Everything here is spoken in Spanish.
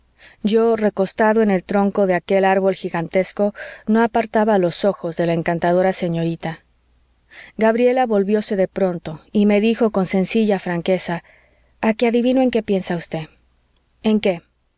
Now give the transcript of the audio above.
yo recostado en el tronco de aquel árbol gigantesco no apartaba los ojos de la encantadora señorita gabriela volvióse de pronto y me dijo con sencilla franqueza a que adivino en qué piensa usted en qué